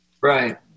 right